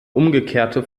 umgekehrte